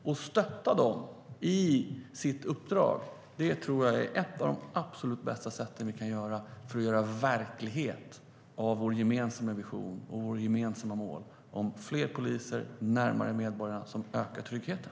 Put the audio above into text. Jag stöttar dem i deras uppdrag. Det är ett av de absolut bästa sätten att göra verklighet av vår gemensamma vision och våra gemensamma mål om fler poliser närmare medborgarna för att öka tryggheten.